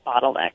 bottleneck